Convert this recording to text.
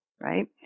right